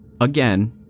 Again